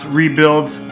rebuilds